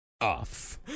Off